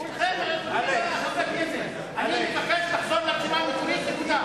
אני מבקש לחזור לרשימה המקורית.